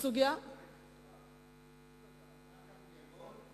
היתה הצעת מחליטים.